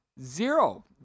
Zero